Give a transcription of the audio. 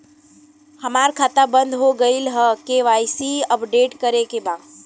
हमार खाता बंद हो गईल ह के.वाइ.सी अपडेट करे के बा?